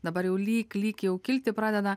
dabar jau lyg lyg jau kilti pradeda